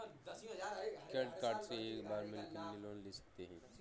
Credit card से एक बार में कितना लोन ले सकते हैं?